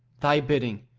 thy bidding,